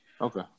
Okay